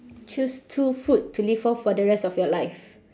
choose two food to live off for the rest of your life